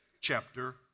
chapter